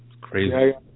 Crazy